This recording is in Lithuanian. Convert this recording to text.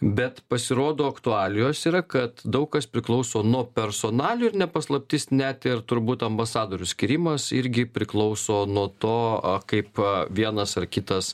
bet pasirodo aktualijos yra kad daug kas priklauso nuo personalijų ir ne paslaptis net ir turbūt ambasadorių skyrimas irgi priklauso nuo to kaip vienas ar kitas